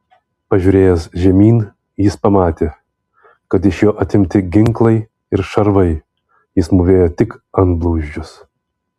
pažiūrėjęs žemyn jis pamatė kad iš jo atimti ginklai ir šarvai jis mūvėjo tik antblauzdžius